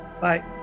Bye